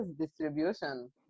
distribution